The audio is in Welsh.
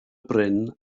bryn